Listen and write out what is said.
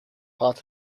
part